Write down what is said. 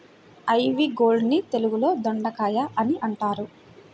ivy gourd ని తెలుగులో దొండకాయ అని అంటారు